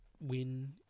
win